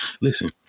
Listen